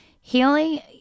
Healing